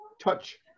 touch